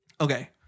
Okay